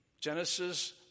Genesis